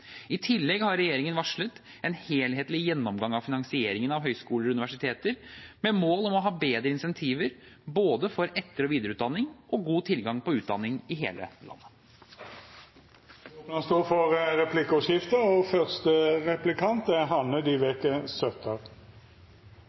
I tillegg har regjeringen varslet en helhetlig gjennomgang av finansieringen av høyskoler og universiteter med mål om å ha bedre insentiver både for etter- og videreutdanning og for god tilgang på utdanning i hele landet. Det vert replikkordskifte. Vi snakker veldig mye om lov og